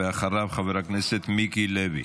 אחריו, חבר הכנסת מיקי לוי.